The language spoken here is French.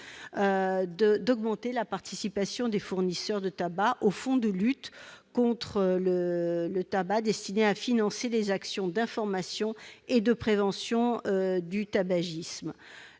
à augmenter la participation des fournisseurs de tabac au Fonds de lutte contre le tabac, organisme destiné à financer les actions d'information et de prévention du tabagisme.